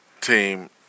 team